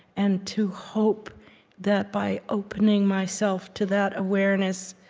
and to hope that by opening myself to that awareness,